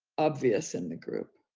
obvious in the group.